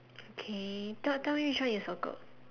okay tell tell me which one is circled